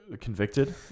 convicted